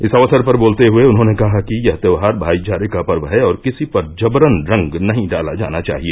इस अवसर पर बोलते हुए उन्होंने कहा कि यह त्योहार भाईचारे का पर्व है और किसी पर जबरन रंग नहीं डाला जाना चाहिए